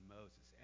Moses